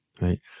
Right